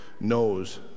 knows